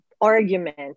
argument